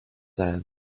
sand